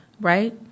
Right